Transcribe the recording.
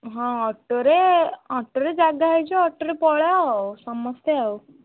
ହଁ ଅଟୋରେ ଅଟୋରେ ଜାଗା ହେଇଯିବ ଅଟୋରେ ପଳାଅ ସମସ୍ତେ ଆଉ